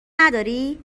نداری